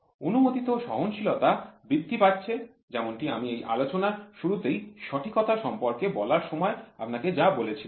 অনুমোদিত সহনশীলতা বৃদ্ধি পাচ্ছে যেমনটি আমি এই আলোচনার শুরুতেই সঠিকতা সম্পর্কে বলার সময় আপনাকে যা বলেছিলাম